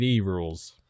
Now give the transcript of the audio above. Rules